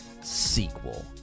sequel